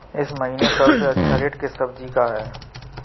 इस महीने सबसे अच्छा रेट किस सब्जी का है?